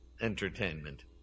entertainment